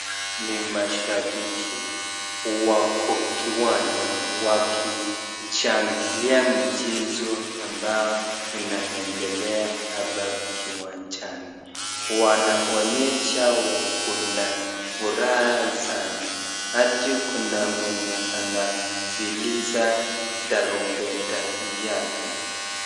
Ni mashabiki wako kiwanja wakishangilia mchezo ambao unaendelea hapa kiwanjani. Wanaonyesha wako na furaha sana, hadi kuna mwenye anaviliza tarumbeta yake.